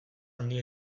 handia